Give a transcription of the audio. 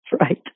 Right